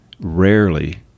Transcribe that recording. rarely